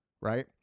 right